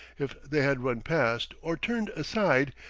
if they had run past, or turned aside,